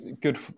good